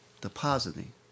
depositing